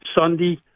Sunday